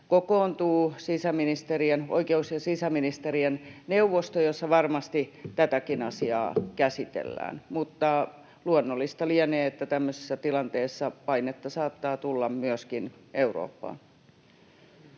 kokoontuu oikeus- ja sisäministerien neuvosto, jossa varmasti tätäkin asiaa käsitellään. Mutta luonnollista lienee, että tämmöisessä tilanteessa painetta saattaa tulla myöskin Eurooppaan.